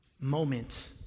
moment